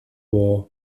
war